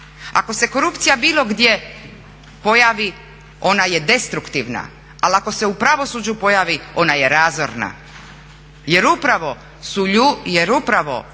Ako se korupcija bilo gdje pojavi onda je destruktivna, ali ako se u pravosuđu pojavi ona je razorna. Jer upravo društvo, država